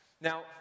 Now